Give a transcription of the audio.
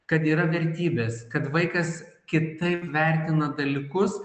kad yra vertybės kad vaikas kitaip vertina dalykus